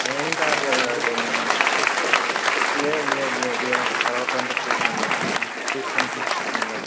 ఏంకాదు అది లేదు లేదు లేదు ఈ తర్వాతింక చూద్దాంలే సరేనా తీసుకో తీసుకో ఇంక